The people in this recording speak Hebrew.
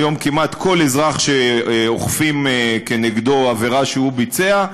היום כמעט כל אזרח שאוכפים כנגדו עבירה שהוא ביצע,